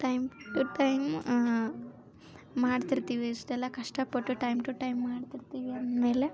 time to time ಮಾಡ್ತಿರ್ತೀವಿ ಇಷ್ಟೆಲ್ಲ ಕಷ್ಟಪಟ್ಟು ಟೈಮ್ ಟು ಟೈಮ್ ಮಾಡ್ತಿರ್ತೀವಿ ಅಂದಮೇಲೆ